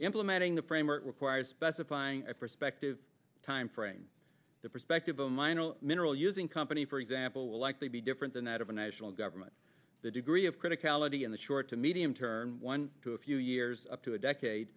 implementing the framework requires specifying a perspective time frame the perspective of a minor mineral using company for example will likely be different than that of a national government the degree of criticality in the short to medium term one to a few years up to a decade